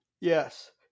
Yes